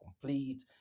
complete